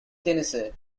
tennessee